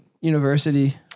University